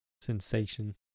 sensation